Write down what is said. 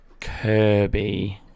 Kirby